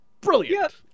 Brilliant